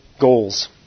goals